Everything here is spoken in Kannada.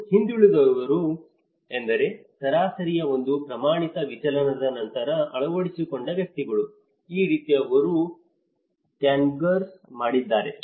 ಮತ್ತು ಹಿಂದುಳಿದವರು ಎಂದರೆ ಸರಾಸರಿಯ ಒಂದು ಪ್ರಮಾಣಿತ ವಿಚಲನದ ನಂತರ ಅಳವಡಿಸಿಕೊಂಡ ವ್ಯಕ್ತಿಗಳು ಈ ರೀತಿ ಅವರು ಕಾನ್ಫಿಗರ್ ಮಾಡಿದ್ದಾರೆ